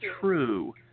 true